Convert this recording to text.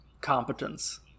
competence